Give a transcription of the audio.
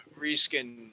reskin